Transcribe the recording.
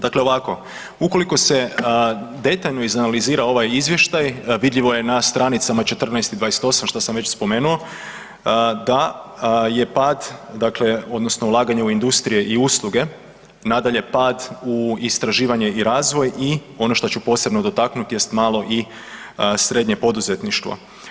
Dakle ovako, ukoliko se detaljno izanalizira ovaj izvještaj vidljivo je na stranicama 14 i 28 što sam već spomenuo da je pad, dakle odnosno ulaganje u industrije i usluge nadalje pad u istraživanje i razvoj i ono što ću posebno dotaknuti jest malo i srednje poduzetništvo.